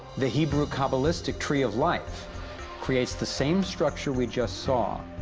the hebrew kabbalistic tree of life creates the same structure, we just saw,